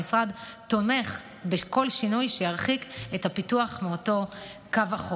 המשרד תומך בכל שינוי שירחיק את הפיתוח מאותו קו החוף.